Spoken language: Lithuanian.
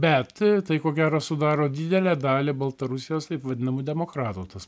bet tai ko gero sudaro didelę dalį baltarusijos taip vadinamų demokratų tas